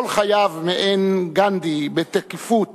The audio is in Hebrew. כל חייו מיאן גנדי בתקיפות